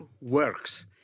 works